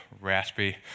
raspy